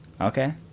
Okay